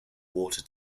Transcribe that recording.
water